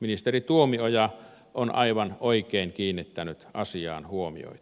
ministeri tuomioja on aivan oikein kiinnittänyt asiaan huomiota